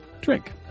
Drink